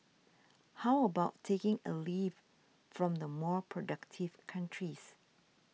how about taking a leaf from the more productive countries